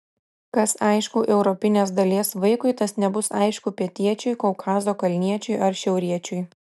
kas aišku europinės dalies vaikui tas nebus aišku pietiečiui kaukazo kalniečiui ar šiauriečiui